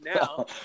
now